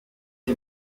hip